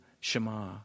Shema